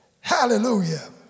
hallelujah